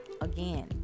again